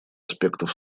аспектов